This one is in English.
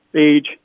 age